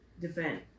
defend